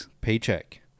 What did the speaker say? Paycheck